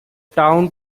town